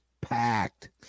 packed